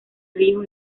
río